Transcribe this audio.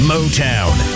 Motown